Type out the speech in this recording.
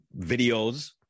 videos